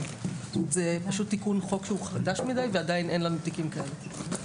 זה פשוט תיקון חוק שהוא חדש מידי ועדיין אין לנו תיקים כאלה.